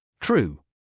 True